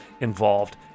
involved